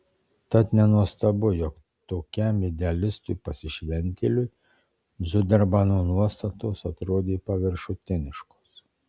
tad nenuostabu jog tokiam idealistui pasišventėliui zudermano nuostatos atrodė paviršutiniškos